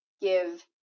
give